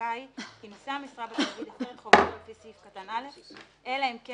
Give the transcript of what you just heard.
חזקה היא כי נושא משרה בתאגיד הפר את חובתו לפי סעיף קטן (א) אלא אם כן